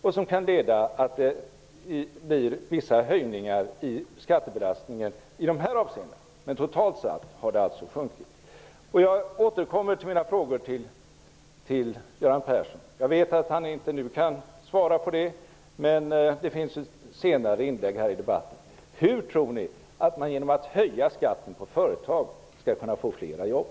Det kan leda till vissa höjningar av skattebelastningen i dessa avseenden. Men totalt sett har den alltså sjunkit. Jag återkommer till min fråga till Göran Persson. Jag vet att han inte kan svara på den nu, men det finns möjlighet till inlägg senare i debatten. Hur tror ni att man genom att höja skatten på företag skall kunna få flera jobb?